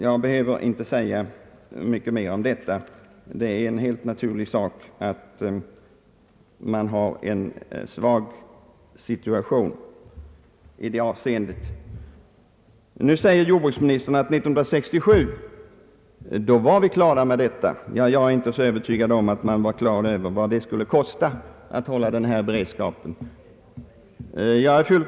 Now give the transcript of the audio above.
Jag behöver inte säga mycket mer än detta — det är självklart att vår situation i det avseendet är svag. Jordbruksministern säger att vi var på det klara med detta 1967. Jag är emellertid inte övertygad om att man hade fullt klart för sig vad det skulle kosta att hålla full beredskap.